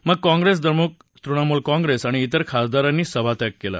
मग काँग्रेस द्रमुक तुणमूल काँग्रेस आणि तिर खासदारांनी सभात्याग केला